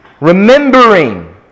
remembering